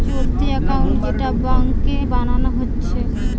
চলতি একাউন্ট যেটা ব্যাংকে বানানা হচ্ছে